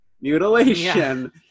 Mutilation